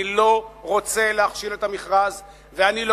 אני לא רוצה להכשיל את המכרז ואני לא